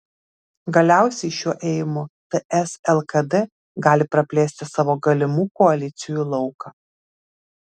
galiausiai šiuo ėjimu ts lkd gali praplėsti savo galimų koalicijų lauką